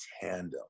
tandem